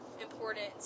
important